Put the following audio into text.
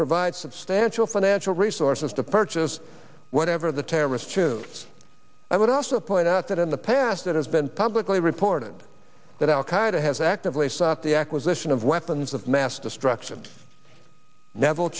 provide substantial financial resources to purchase whatever the terrorists choose i would also point out that in the past it has been publicly reported that al qaeda has actively sought the acquisition of weapons of mass destruction neville